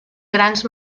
grans